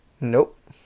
Nope